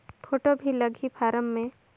Photo भी लगी form मे?